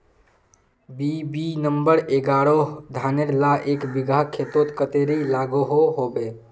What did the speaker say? BB number एगारोह धानेर ला एक बिगहा खेतोत कतेरी लागोहो होबे?